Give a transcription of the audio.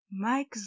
Mike